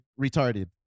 Retarded